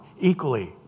equally